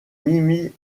mimi